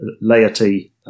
laity